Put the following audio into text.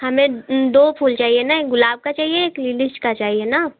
हमें दो फूल चाहिए ना एक गुलाब का चाहिए एक लिलीस का चाहिए ना